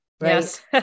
Yes